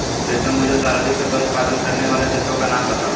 प्रीतम मुझे सर्वाधिक पेपर उत्पादन करने वाले देशों का नाम बताओ?